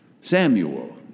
Samuel